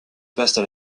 passent